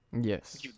yes